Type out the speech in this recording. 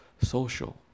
social